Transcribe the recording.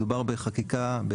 מדובר בחקיקה,